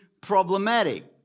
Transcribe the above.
problematic